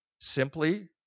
simply